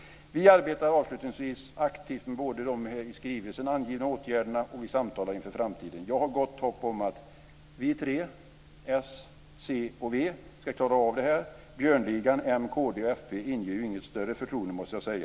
Vi arbetar avslutningsvis aktivt med de i skrivelsen angivna åtgärderna och vi samtalar inför framtiden. Jag har gott hopp om att vi tre - s, c och v - ska klara av det här. Björnligan - m, kd och fp - inger ju inget större förtroende, måste jag säga.